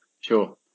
Sure